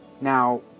Now